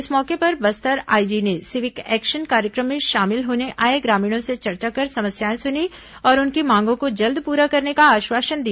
इस मौके पर बस्तर आईजी ने सिविक एक्शन कार्यक्रम में शामिल होने आए ग्रामीणों से चर्चा कर समस्याएं सुनीं और उनकी मांगों को जल्द पूरा करने का आश्वासन दिया